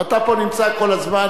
ואתה פה נמצא כל הזמן,